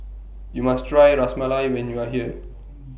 YOU must Try Ras Malai when YOU Are here